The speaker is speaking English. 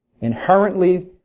inherently